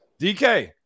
DK